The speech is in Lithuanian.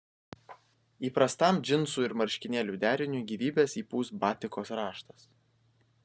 įprastam džinsų ir marškinėlių deriniui gyvybės įpūs batikos raštas